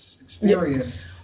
experienced